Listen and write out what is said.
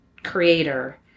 Creator